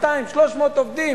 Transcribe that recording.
200 300 עובדים,